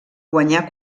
guanyar